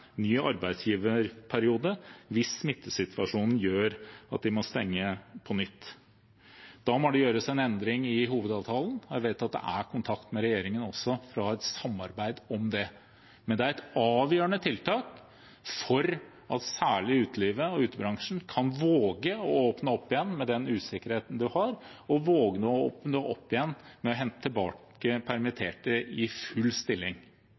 ny arbeidsgiverperiode hvis smittesituasjonen gjør at de må stenge på nytt. Da må det gjøres en endring i hovedavtalen – jeg vet at det er kontakt med regjeringen for å ha et samarbeid om det. Det er et avgjørende tiltak for at særlig utelivet og utebransjen kan våge å åpne opp igjen – med den usikkerheten man har – og